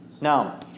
Now